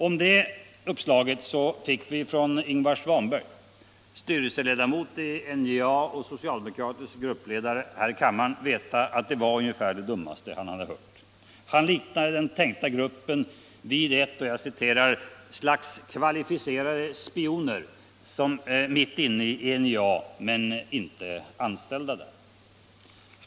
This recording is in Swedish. Om detta uppslag fick vi från Ingvar Svanberg, styrelseledamot i NJA och socialdemokratisk gruppledare här i kammaren, veta att det var ungefär det dummaste han hört. Han liknade den tänkta gruppen vid ”ett slags kvalificerade spioner mitt inne i NJA, men inte anställda där”.